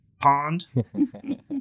Pond